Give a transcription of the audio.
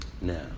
Now